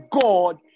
God